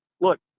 Look